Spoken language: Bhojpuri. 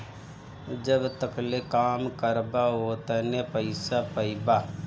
जब तकले काम करबा ओतने पइसा पइबा